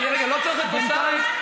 רגע, לא צריך להיות פה שר?